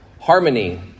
harmony